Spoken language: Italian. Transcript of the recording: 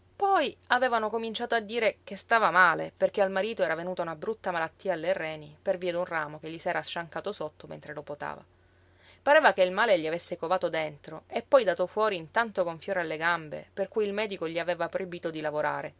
poi avevano cominciato a dire che stava male perché al marito era venuta una brutta malattia alle reni per via d'un ramo che gli s'era sciancato sotto mentre lo potava pareva che il male gli avesse covato dentro e poi dato fuori in tanto gonfiore alle gambe per cui il medico gli aveva proibito di lavorare